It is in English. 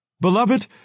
Beloved